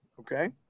okay